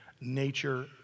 Nature